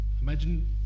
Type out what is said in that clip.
Imagine